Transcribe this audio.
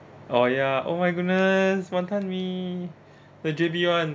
oh ya oh my goodness wanton mee the J_B [one]